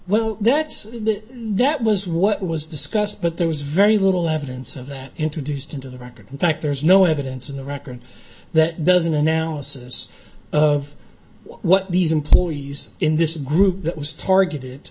in that that was what was discussed but there was very little evidence of that introduced into the record in fact there's no evidence in the record that doesn't analysis of what these employees in this group that was targeted